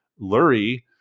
Lurie